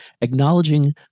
acknowledging